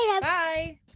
Bye